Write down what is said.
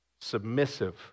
submissive